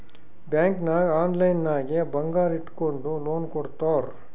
bank ನಾಗ್ online ನಾಗೆ ಬಂಗಾರ್ ಇಟ್ಗೊಂಡು ಲೋನ್ ಕೊಡ್ತಾರ್